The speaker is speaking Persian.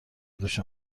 دوش